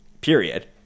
period